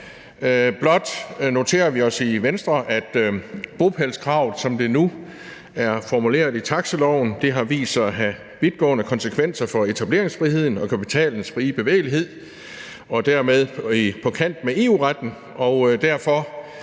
Blot noterer vi os i Venstre, at bopælskravet, som det nu er formuleret i taxiloven, har vist sig at have vidtgående konsekvenser for etableringsfriheden og kapitalens fri bevægelighed og dermed er på kant med EU-retten.